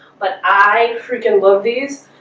but i freaking love these